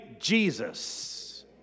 Jesus